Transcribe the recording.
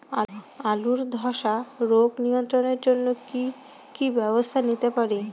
আলুর ধ্বসা রোগ নিয়ন্ত্রণের জন্য কি কি ব্যবস্থা নিতে পারি?